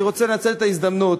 אני רוצה לנצל את ההזדמנות